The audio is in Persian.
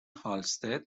هالستد